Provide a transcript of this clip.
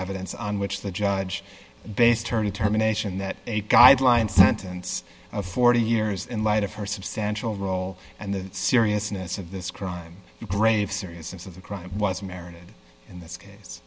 evidence on which the judge based tourney terminations that a guideline sentence of forty years in light of her substantial role and the seriousness of this crime to grave seriousness of the crime was merited in this case